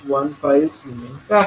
15S आहे